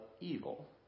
evil